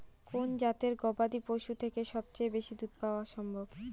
কোন জাতের গবাদী পশু থেকে সবচেয়ে বেশি দুধ পাওয়া সম্ভব?